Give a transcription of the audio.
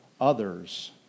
others